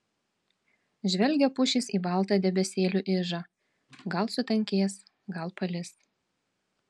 žvelgia pušys į baltą debesėlių ižą gal sutankės gal palis